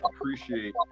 appreciate